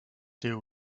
there